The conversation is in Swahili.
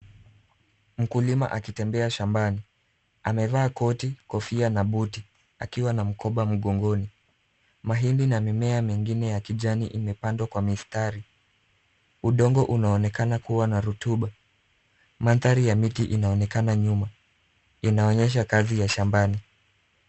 Mkulima akitembea shambani, amevaa koti kofia na buti akiwa na mkoba mgongoni. Mahindi na mimea mengine ya kijani imepandwa kwa mistari. Udongo unaonekana kuwa na rotuba. Mandhari ya miti inaonekana nyuma, inaonyesha kazi ya shambani.